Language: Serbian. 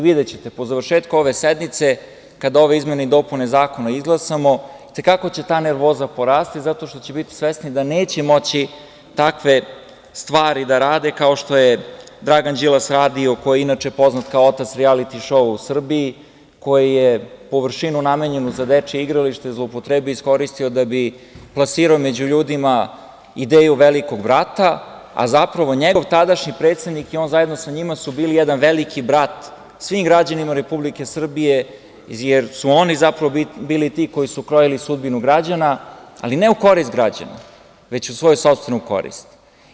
Videćete, po završetku ove sednice, kada ove izmene i dopune zakona izglasamo, i te kako će ta nervoza porasti zato što će biti svesni da neće moći takve stvari da rade kao što je Dragan Đilas radio, koji je inače poznat kao otac rijaliti šoa u Srbiji, koji je površinu namenjenu za dečije igralište zloupotrebio i iskoristio da bi plasirao među ljudima ideju „Velikog brata“, a zapravo njegov tadašnji predsednik i on zajedno sa njima su bili jedan veliki brat svim građanima Republike Srbije, jer su oni bili ti koji su krojili sudbinu građana, ali ne u korist građana, već u svoju sopstvenu korist.